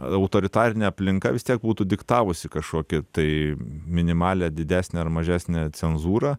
autoritarinė aplinka vis tiek būtų diktavusi kažkokią tai minimalią didesnę ar mažesnę cenzūrą